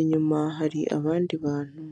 inyuma hari abandi bantu.